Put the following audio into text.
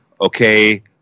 okay